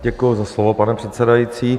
Děkuji za slovo, pane předsedající.